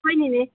ꯍꯣꯏ ꯅꯦꯅꯦ